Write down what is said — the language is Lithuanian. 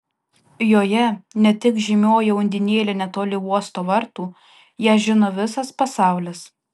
joje ne tik žymioji undinėlė netoli uosto vartų ją žino visas pasaulis